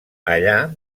allà